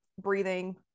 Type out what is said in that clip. breathing